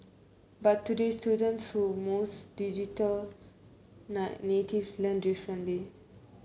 but today students who most digital native learn differently